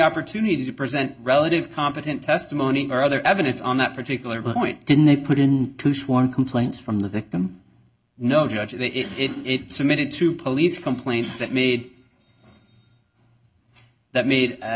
opportunity to present relative competent testimony or other evidence on that particular point didn't they put in to sworn complaint from the victim no judge if it submitted to police complaints that me that made